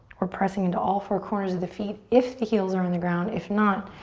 we're pressing into all four corners of the feet if the heels are on the ground, if not,